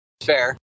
Fair